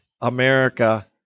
America